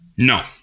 No